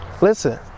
Listen